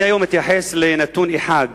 אני אתייחס היום לנתון אחד: